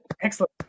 Excellent